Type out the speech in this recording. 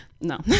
No